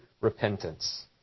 repentance